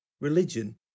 religion